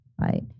right